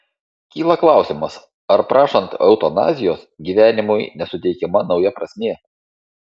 kyla klausimas ar prašant eutanazijos gyvenimui nesuteikiama nauja prasmė